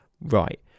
right